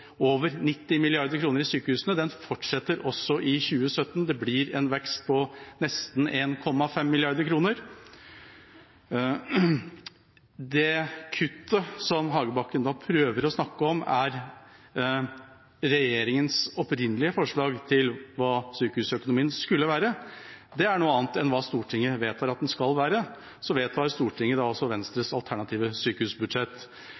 over 90 mrd. kr i sykehusene. Den fortsetter også i 2017, det blir en vekst på nesten 1,5 mrd. kr. Det kuttet som Hagebakken prøver å snakke om, er regjeringens opprinnelige forslag til hva sykehusøkonomien skulle være. Det er noe annet enn hva Stortinget vedtar at den skal være, Stortinget vedtar